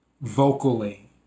vocally